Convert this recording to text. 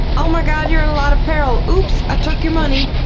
oh mah god, youre in a lot of peril! oops! i took your money!